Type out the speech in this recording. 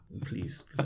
please